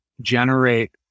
generate